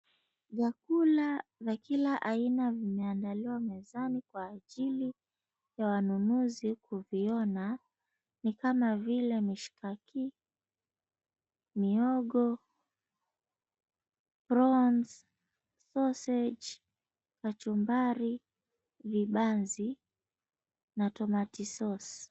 Vyakula vya kila aina vimeandaliwa mezani kwa ajili ya wanunuzi kuviona. Ni kama vile mshikaki, mihogo, prawns, sausage kachumbari, vibanzi, na tomato sauce .